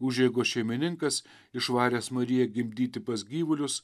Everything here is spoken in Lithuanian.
užeigos šeimininkas išvaręs mariją gimdyti pas gyvulius